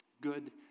good